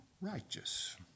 righteous